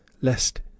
lest